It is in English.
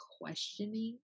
questioning